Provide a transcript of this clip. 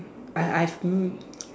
I I've m~